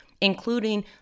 including